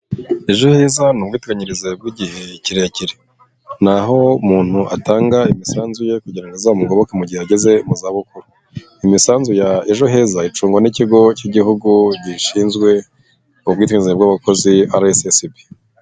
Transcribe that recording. Ejo heza ni ubwiteganyirize bw'igihe kirekire, ni aho umuntu atanga imisanzu ye kugira ngo azamugoboke mu gihe ageze mu zabukuru, imisanzu ya ejo heza icungwa n'ikigo k'igihugu gishinzwe ubwiganzi bw'abakozi RSSB.